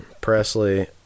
Presley